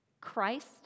Christ